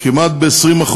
כמעט ב-20%.